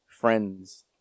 friends